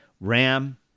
Ram